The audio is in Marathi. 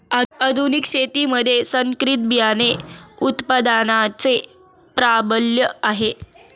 आधुनिक शेतीमध्ये संकरित बियाणे उत्पादनाचे प्राबल्य आहे